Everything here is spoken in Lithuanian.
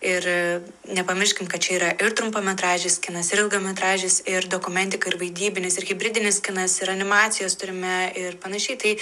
ir nepamirškim kad čia yra ir trumpametražis kinas ir ilgametražis ir dokumentika ir vaidybinis ir hibridinis kinas ir animacijos turime ir panašiai tai